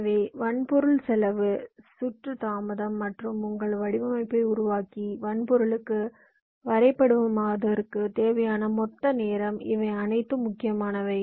எனவே வன்பொருள் செலவு சுற்று தாமதம் மற்றும் உங்கள் வடிவமைப்பை உருவாக்கி வன்பொருளுக்கு வரைபடமாக்குவதற்கு தேவையான மொத்த நேரம் இவை அனைத்தும் முக்கியமானவை